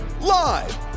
Live